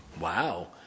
Wow